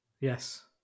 Yes